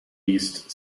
least